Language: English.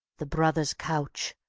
the brother's couch,